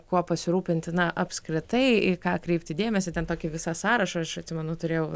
kuo pasirūpinti na apskritai į ką atkreipti dėmesį ten tokį visą sąrašą aš atsimenu turėjau